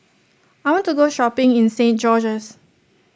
I want to go shopping in Saint George's